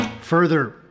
Further